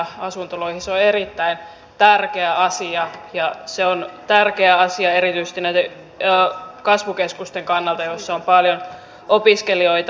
se on erittäin tärkeä asia ja se on tärkeä asia erityisesti näiden kasvukeskusten kannalta joissa on paljon opiskelijoita